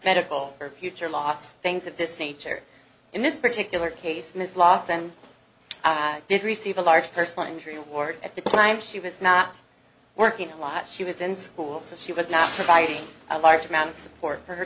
medical or future loss things of this nature in this particular case ms lost and did receive a large personal injury award at the time she was not working a lot she was in school so she was not providing a large amount of support for her